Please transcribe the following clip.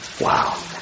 Wow